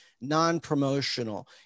non-promotional